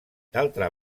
d’altra